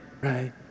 right